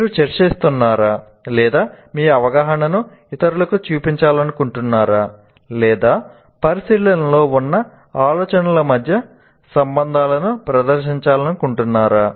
మీరు చర్చిస్తున్నారా లేదా మీ అవగాహనను ఇతరులకు చూపించాలనుకుంటున్నారా లేదా పరిశీలనలో ఉన్న ఆలోచనల మధ్య సంబంధాలను ప్రదర్శించాలనుకుంటున్నారా